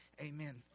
amen